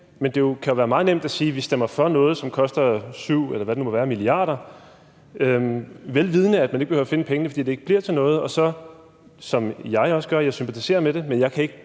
Men det kan være meget nemt at sige, at vi stemmer for noget, som koster 7 mia. kr., eller hvor meget det måtte være, velvidende at man ikke behøver finde pengene, fordi det ikke bliver til noget. Og jeg sympatiserer med det, men jeg kan ikke